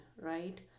right